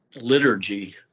liturgy